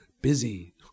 busy